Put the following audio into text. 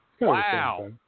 Wow